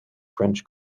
french